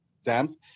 exams